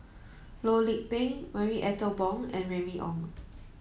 Loh Lik Peng Marie Ethel Bong and Remy Ong